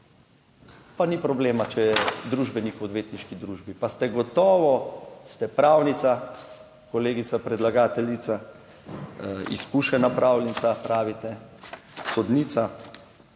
pa ni problema, če je družbenik v odvetniški družbi, pa ste gotovo, ste pravnica, kolegica predlagateljica, izkušena pravljica, pravite, sodnica,